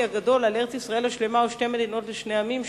הגדול על ארץ-ישראל השלמה או שתי מדינות לשני עמים.